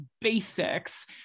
basics